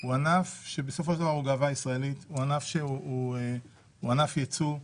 הוא גאווה ישראלית, הוא ענף ייצוא,